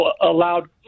allowed